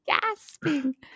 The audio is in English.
gasping